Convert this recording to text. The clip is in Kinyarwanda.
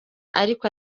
ariko